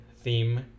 theme